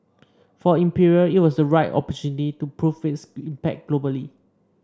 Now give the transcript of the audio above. for Imperial it was a right opportunity to prove its impact globally